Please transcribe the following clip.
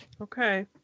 Okay